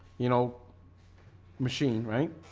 you know machine, right?